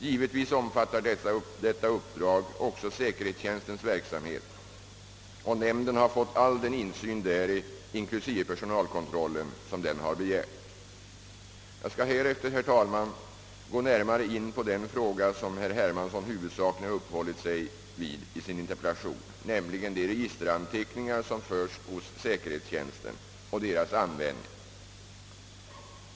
Givetvis omfattar detta uppdrag också säkerhetstjänstens verksamhet, och nämnden har fått all den insyn däri, inklusive personalkontrollen, som den har begärt. Jag skall härefter, herr talman, gå närmare in på den fråga, som herr Hermansson huvudsakligen har uppehållit sig vid i sin interpellation, nämligen de registeranteckningar, som förs hos säkerhetstjänsten, och deras användning.